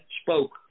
spoke